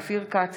אופיר כץ,